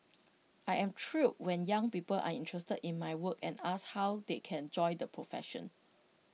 I am thrilled when young people are interested in my work and ask how they can join the profession